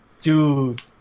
Dude